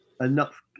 enough